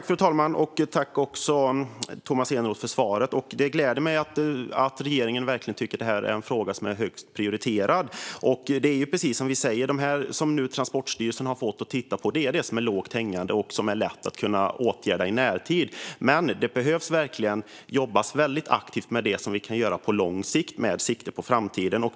Fru talman! Jag tackar Tomas Eneroth för svaret. Det gläder mig att regeringen prioriterar denna fråga högt. Det som Transportstyrelsen ska titta på är lågt hängande och lätt att åtgärda i närtid. Men det behöver verkligen jobbas aktivt med det vi kan göra på lång sikt och med sikte på framtiden.